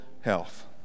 health